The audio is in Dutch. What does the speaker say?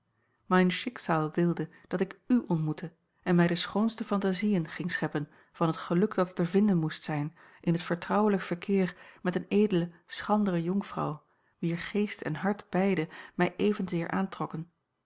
mein schicksal wilde dat ik u ontmoette en mij de schoonste phantasieën ging scheppen van het geluk dat er te vinden moest zijn in het vertrouwelijk verkeer met eene edele schrandere jonkvrouw wier geest en hart beide mij evenzeer aantrokken